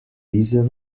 diese